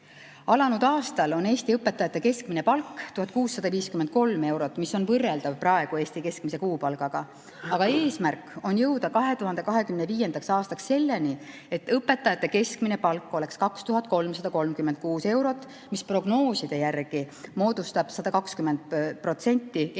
Alanud aastal on Eesti õpetajate keskmine palk 1653 eurot, mis on võrreldav praegu Eesti keskmise kuupalgaga. Aga eesmärk on jõuda 2025. aastaks selleni, et õpetajate keskmine palk oleks 2336 eurot, mis prognooside järgi moodustab 120% Eesti